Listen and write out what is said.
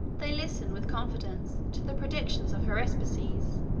they listen with confidence to the predictions of haruspices,